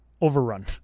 overrun